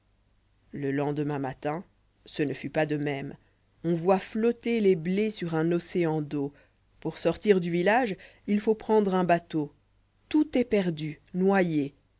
le lendemain matin ce ne fut pas de même on voit flotter les blés sur un océan d'eau pour sortir du village il faut prendre un bateau tout est perdu noyé